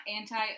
anti